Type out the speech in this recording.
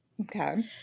Okay